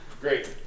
Great